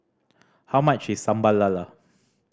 how much is Sambal Lala